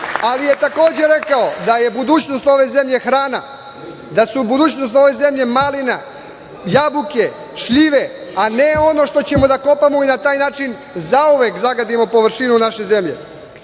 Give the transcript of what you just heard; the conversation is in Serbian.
ali je takođe rekao da budućnost ove zemlje hrana, da su budućnost ove zemlje malina, jabuke, šljive, a ne ono što ćemo da kopamo i na taj način zauvek zagadimo površinu naše zemlje. Prihod